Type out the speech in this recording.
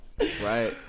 right